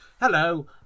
Hello